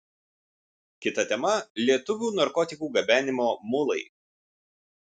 kita tema lietuvių narkotikų gabenimo mulai